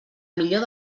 millor